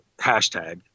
hashtag